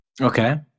Okay